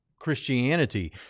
Christianity